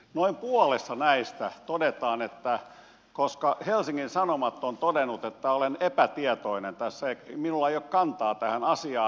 noin puolessa näistä todetaan että helsingin sanomat on todennut että olen epätietoinen tässä minulla ei ole kantaa tähän asiaan